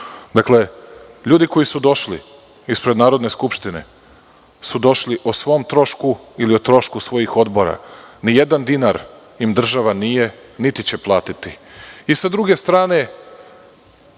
Dakle, ljudi koji su došli ispred Narodne skupštine su došli o svom trošku ili o trošku svojih odbora. Ni jedan dinar im država nije, niti će platiti. Sa druge strane,